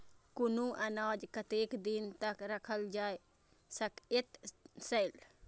कुनू अनाज कतेक दिन तक रखल जाई सकऐत छै?